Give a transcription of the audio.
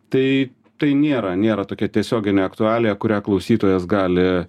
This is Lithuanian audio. tai tai nėra nėra tokia tiesioginė aktualija kurią klausytojas gali